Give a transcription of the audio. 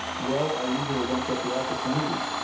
well, i usually don't get the opportunity.